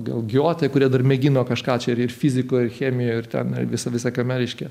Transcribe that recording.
gal giotai kurie dar mėgino kažką čia ir ir fizikoj chemijoj ir ten visa visa kame reiškia